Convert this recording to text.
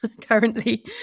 currently